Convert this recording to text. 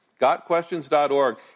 gotquestions.org